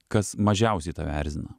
kas mažiausiai tave erzina